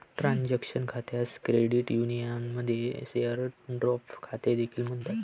transaction खात्यास credit युनियनमध्ये share draft खाते देखील म्हणतात